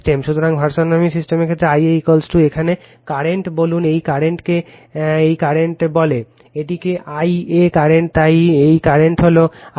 সুতরাং ভারসাম্যহীন সিস্টেমের ক্ষেত্রে Ia এখানে কারেন্ট বলুন এই কারেন্টকে এই কারেন্ট বলে এটিকে আইএ কারেন্ট তাই এই কারেন্ট হল Ia